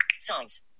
Songs